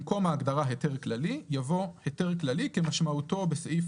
במקום ההגדרה "היתר כללי" יבוא: "היתר כללי" כמשמעותו בסעיף